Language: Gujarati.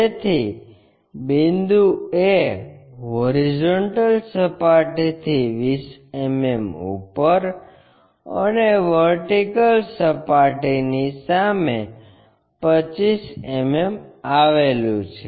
તેથી બિંદુ A હોરિઝોન્ટલ સપાટીથી 20 mm ઉપર અને વર્ટિકલ સપાટીની સામે 25 mm આવેલું છે